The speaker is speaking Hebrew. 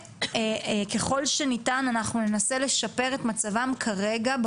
וככל שניתן אנחנו ננסה לשפר את מצבם כרגע,